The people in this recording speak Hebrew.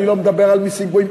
אני לא מדבר על מסים גבוהים.